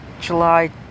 July